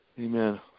Amen